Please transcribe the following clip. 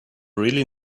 really